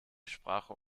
sprache